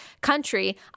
country